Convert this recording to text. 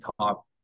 top